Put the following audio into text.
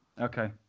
Okay